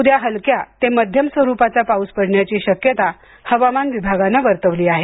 उद्या हलक्या ते माध्यम स्वरूपाचा पाऊस पडण्याची शक्यता हवामान विभागाने वर्तवली आहे